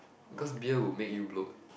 because beer will make you bloat